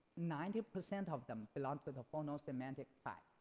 ninety percent of them belong to the phono-semantic type.